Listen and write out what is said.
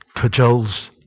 cajoles